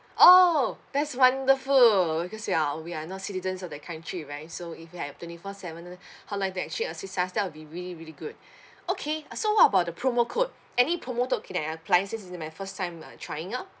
oh that's wonderful cause you're uh we are not citizens of that country right so if you have twenty four seven hotline to actually assist us that will be really really good okay uh so what about the promo code any promo code can I apply since this is my first time uh trying out